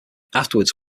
afterwards